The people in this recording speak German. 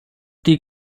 die